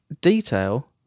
detail